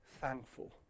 thankful